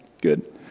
good